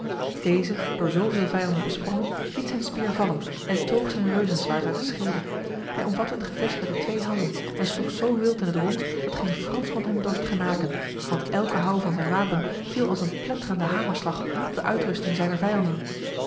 deze door zoveel vijanden besprongen liet zijn speer vallen en toog zijn reuzenzwaard uit de schede hij omvatte het gevest met de twee handen en sloeg zo wild in t rond dat geen fransman hem dorst genaken want elke houw van zijn wapen viel als een pletterende hamerslag op de uitrusting zijner vijanden